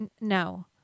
No